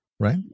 right